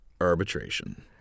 arbitration